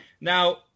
Now